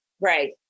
Right